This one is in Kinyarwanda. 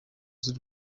z’u